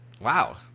Wow